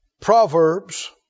Proverbs